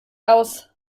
aus